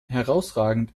herausragend